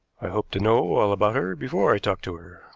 i hope to know all about her before i talk to her,